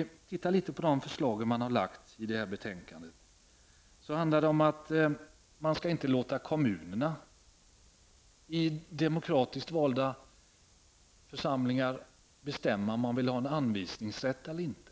kan titta litet på de förslag som finns i betänkandet. De handlar om att kommunerna inte i demokratiskt valda församlingar skall få betstämma om det skall finnas anvisningsrätt eller inte.